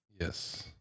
Yes